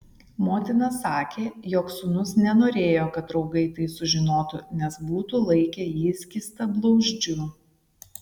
motina sakė jog sūnus nenorėjo kad draugai tai sužinotų nes būtų laikę jį skystablauzdžiu